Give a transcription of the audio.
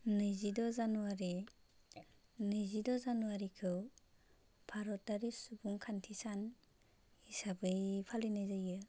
नैजिद' जानुवारि नैजिद' जानुवारिखौ भारतारि सुबुंखान्थि सान हिसाबै फालिनाय जायो